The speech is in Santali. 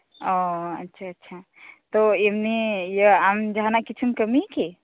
ᱚ ᱟᱪᱷᱟ ᱟᱪᱪᱷᱟ ᱛᱚ ᱮᱢᱱᱤ ᱤᱭᱟᱹ ᱟᱢ ᱡᱟᱦᱟᱱᱟᱜ ᱠᱤᱪᱷᱩᱢ ᱠᱟᱹᱢᱤᱭᱟᱠᱤ